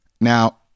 Now